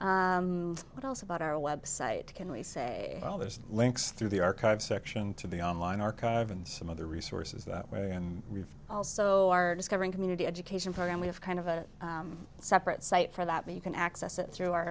but also about our website can we say well there's links through the archives section to the online archive and some other resources that way and we've also are discovering community education program we have kind of a separate site for that but you can access it through our